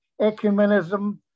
Ecumenism